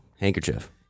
Handkerchief